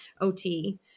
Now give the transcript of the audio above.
OT